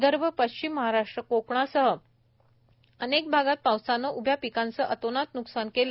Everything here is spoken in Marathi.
विदर्भ पश्चिम महाराष्ट्र कोकणासह अनेक भागात पावसाने उभ्या पिकांचे अतोनात न्कसान केले